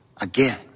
again